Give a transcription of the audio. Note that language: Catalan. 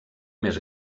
més